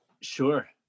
Sure